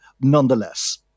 nonetheless